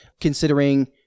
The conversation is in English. considering